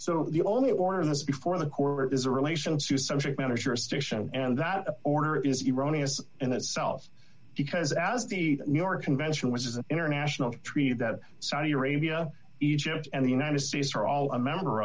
so the only order in this before the court is a relation to subject matter jurisdiction and that order is iranian and itself because as the new york convention which is an international treaty that saudi arabia egypt and the united states are all a member